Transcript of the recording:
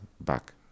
back